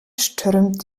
strömt